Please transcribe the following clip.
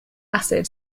acid